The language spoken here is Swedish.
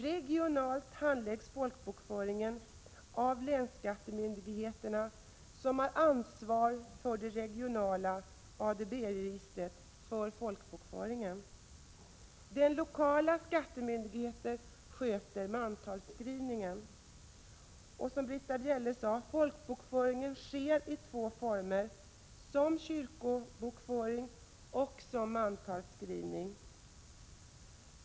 Regionalt handläggs folkbokföringen av länsskattemyndigheten, som ansvarar för regionala ADB-register för folkbokföringen. Den lokala skattemyndigheten sköter mantalsskrivningen. Som Britta Bjelle sade sker folkbokföringen i två former — som kyrkobokföring och som mantalsskrivning.